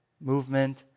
movement